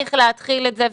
צריך להתחיל את זה.